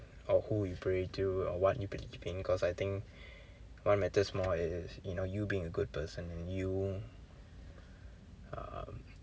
or who you pray to or what you believe cause I think what matters more is you know you being a good person you um